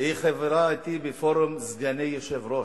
היא חברה אתי בפורום סגני יושב-ראש,